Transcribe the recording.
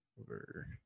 over